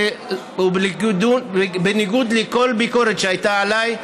או בניגוד לכל ביקורת שהייתה עליי,